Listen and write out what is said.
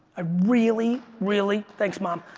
ah really, really thanks mom.